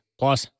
plus